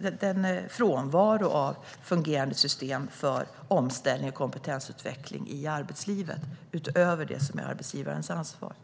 för frånvaron av fungerande system för omställning och kompetensutveckling i arbetslivet utöver det som är arbetsgivarens ansvar.